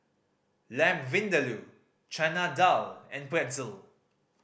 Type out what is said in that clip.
Lamb Vindaloo Chana Dal and Pretzel